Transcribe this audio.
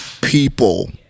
people